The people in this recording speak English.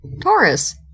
Taurus